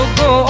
go